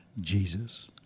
Jesus